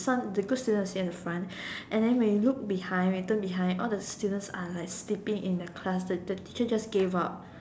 front the good student will sit at the front and then when you look behind when you turn behind all the students are like sleeping in the class the the teacher just gave up